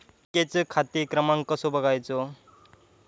बँकेचो खाते क्रमांक कसो बगायचो?